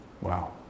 Wow